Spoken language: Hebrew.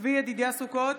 צבי ידידיה סוכות,